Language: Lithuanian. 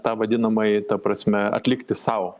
tą vadinamąjį ta prasme atlikti sau